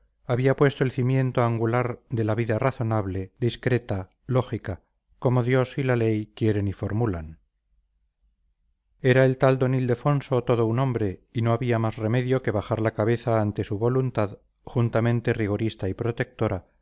había puesto el cimiento angular de la vida razonable discreta lógica como dios y la ley quieren y formulan era el tal d ildefonso todo un hombre y no había más remedio que bajar la cabeza ante su voluntad juntamente rigorista y protectora